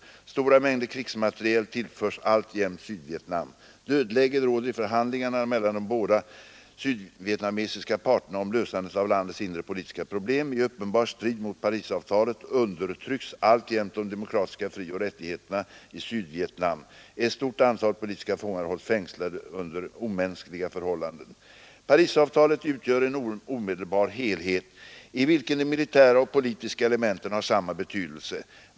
Stora mängder krigsmateriel tillförs alltjämt Sydvietnam. Dödläge råder i förhandlingarna mellan de båda sydvietnamesiska parterna om lösande av landets inre politiska problem. I uppenbar strid mot Parisavtalet undertrycks alltjämt de demokratiska frioch rättigheterna i Sydvietnam. Ett stort antal politiska fångar hålls fängslade under omänskliga förhållanden. Parisavtalet utgör en odelbar helhet, i vilken de militära och politiska elementen har samma betydelse.